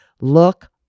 Look